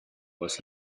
was